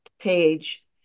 page